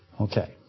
Okay